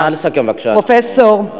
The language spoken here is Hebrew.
פרופסור,